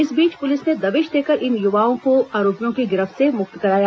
इस बीच पुलिस ने दबिश देकर इन युवाओं को आरोपियों की गिरफ्त से मुक्त कराया